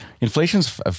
inflation's